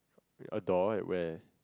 a door at where